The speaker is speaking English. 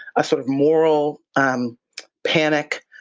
a sort of moral um panic,